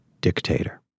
dictator